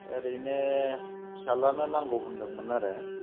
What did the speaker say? ओरैनो फिसाज्लानो नांगौ होनदोंमोन आरो